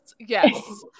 yes